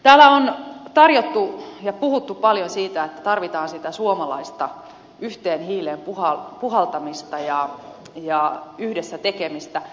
täällä on puhuttu paljon siitä että tarvitaan sitä suomalaista yhteen hiileen puhaltamista ja yhdessä tekemistä